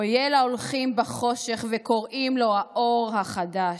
/ אויה להולכים בחושך וקוראים לו / האור החדש.